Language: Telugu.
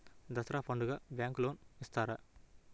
దసరా పండుగ బ్యాంకు లోన్ ఇస్తారా?